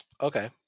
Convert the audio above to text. Okay